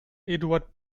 eduard